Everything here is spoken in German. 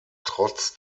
trotz